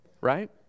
right